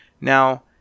Now